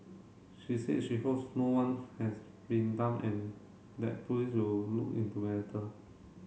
she said she hopes no one has been dump and that police will look into matter